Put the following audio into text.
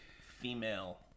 female